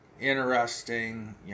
interesting